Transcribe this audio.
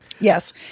Yes